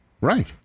Right